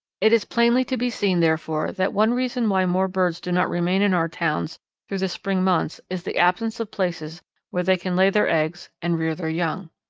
it is plainly to be seen, therefore, that one reason why more birds do not remain in our towns through the spring months is the absence of places where they can lay their eggs and rear their young.